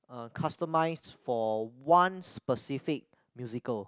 uh customised for one specific musical